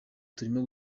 turimo